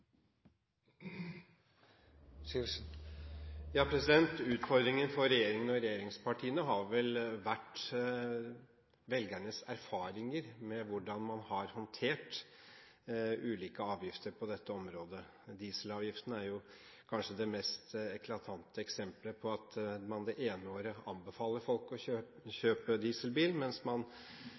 og regjeringspartiene har vel vært velgernes erfaringer med hvordan man har håndtert ulike avgifter på dette området. Dieselavgiften er kanskje det mest eklatante eksemplet, hvor man det ene året anbefaler folk å kjøpe dieselbil, mens